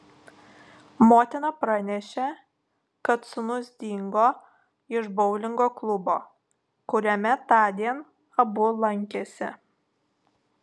motina pranešė kad sūnus dingo iš boulingo klubo kuriame tądien abu lankėsi